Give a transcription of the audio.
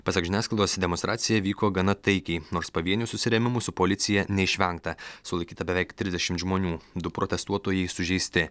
pasak žiniasklaidos demonstracija vyko gana taikiai nors pavienių susirėmimų su policija neišvengta sulaikyta beveik trisdešimt žmonių du protestuotojai sužeisti